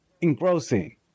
engrossing